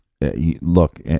look